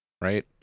right